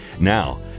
Now